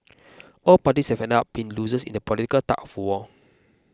all parties have ended up being losers in the political tug of war